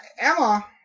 Emma